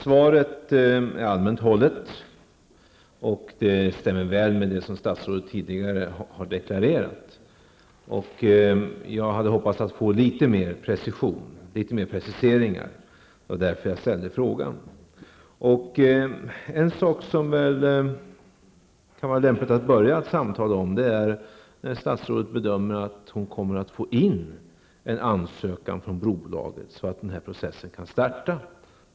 Svaret är allmänt hållet och stämmer väl överens med vad statsrådet tidigare har deklarerat. Jag hade hoppats på litet mer precision. Det var därför jag ställde frågan. Något som kan vara lämpligt att börja fråga om är: När bedömer statsrådet att en ansökan från brobolaget kommer in, så att processen kan starta?